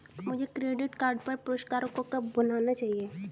मुझे credit card पर पुरस्कारों को कब भुनाना चाहिए?